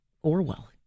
Orwell